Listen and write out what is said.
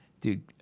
dude